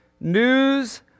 news